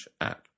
app